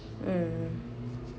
mm